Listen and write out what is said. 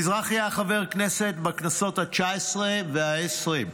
מזרחי היה חבר כנסת בכנסות התשע-עשרה והעשרים.